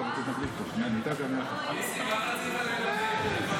ניסים, על מה רצית לדבר?